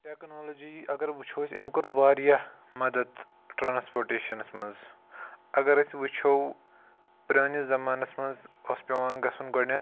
technology اگر وُچھو أسۍ أمۍ کوٚر واریاہ مَدَت ٹرٛانَسپوٹیشَنَس منٛز اگر أسۍ وُچھو پرٛٲنِس زَمانَس منٛز اوٗس پیٚوان گژھُن گۄڈٕنیٚتھ